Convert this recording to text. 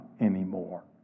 anymore